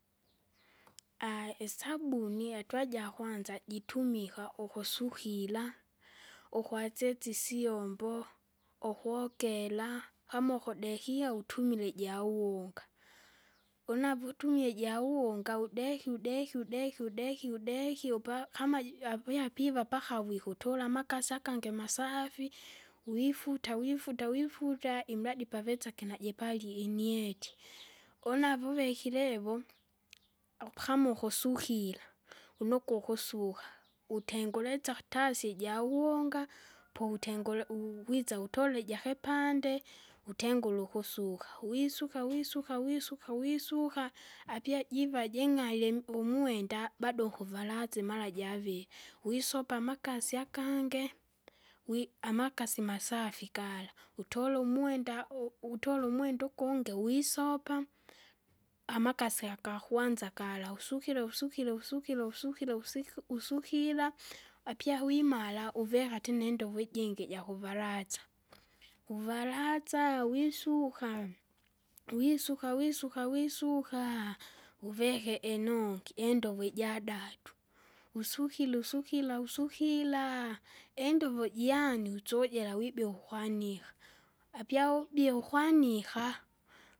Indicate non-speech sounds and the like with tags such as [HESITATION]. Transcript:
[NOISE] [HESITATION] isabuni hatua jakwanza jitumika ukusukira, ukwatsisa isyombo, [NOISE] ukogela, kama ukudekia utumila ijawuunga. [NOISE] Unavo utumia ijawunga udeki udeki udeki udeki udekie upa kama juja apia piva pakavu wikutula amakasi akangi masaafi, wifuta wifuta wifuta, ili mradi pavisake najipalie inieti. [NOISE] Unavo uvekirevo, [NOISE] au pakamo ukusukira, [NOISE] unokwe ukusuka, [NOISE] utengulesya tasi ijawuunga [NOISE] poutengure uuwisa utole ijakipande. Utengure ukusuka, wisuka wisuka wisuka wisuka! apia jiva jing'alyem umwenda bado ukuva lazima mara javie. Wisopa amakasi akange, wi- amakasi masafi gala, utole umwenda u- u- utole umwenda ukunge wisopa. [NOISE] Amakasi akakwanza kala usukire usukire usukiri usukire usiki- usukira, apya wimara uveka tena indovo ijingi jakuvalaza. [NOISE] Uvalaza wisuka, wisuka wisuka wisuka, uveke inongi indovo ijadatu, usukire usukira usukira, endovo jiani usujira wibia ukwanika, apyaubie kukwanika.